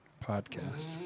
podcast